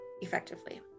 effectively